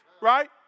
right